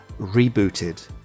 rebooted